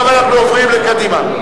עכשיו אנחנו עוברים לקדימה.